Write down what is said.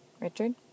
Richard